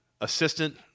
assistant